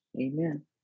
Amen